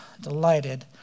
delighted